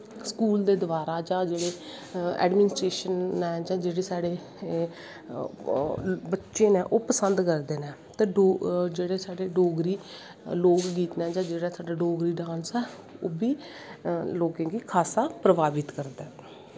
school दे दवारा जां जेह्ड़े ऐडमिनसटेशन नै जां साढ़े जेह्ड़े बच्चे नै ओह् पसंद करदे नै ते जेह्ड़ी साढ़ी डोगरी लोग गीत नैजां साढ़े जोह्ड़े लोक गीत नै ओह् बी लोकें गी खास्सा प्रभावित करदा ऐ